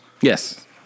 Yes